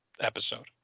episode